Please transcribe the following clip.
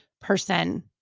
person